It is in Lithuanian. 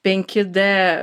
penki d